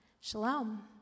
Shalom